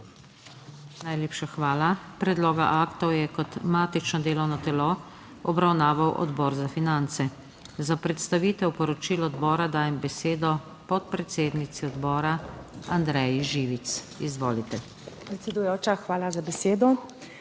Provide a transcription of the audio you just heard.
Najlepša hvala. Predloga aktov je kot matično delovno telo obravnaval Odbor za finance. Za predstavitev poročila odbora dajem besedo podpredsednici odbora Andreji Živic. Izvolite. **ANDREJA ŽIVIC (PS